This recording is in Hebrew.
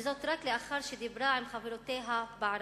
וזאת רק לאחר שדיברה עם חברותיה בערבית.